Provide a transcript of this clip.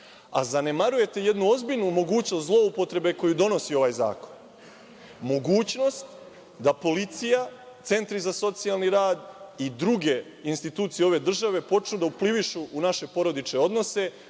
A zanemarujete jednu ozbiljnu mogućnost zloupotrebe koju donosi ovaj zakon – mogućnost da policija, centri za socijalni rad i druge institucije ove države počnu da uplivišu u naše porodične odnose,